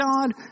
God